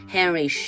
Henry